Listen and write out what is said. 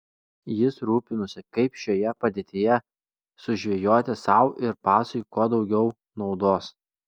jis rūpinosi kaip šioje padėtyje sužvejoti sau ir pacui kuo daugiau naudos